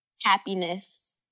happiness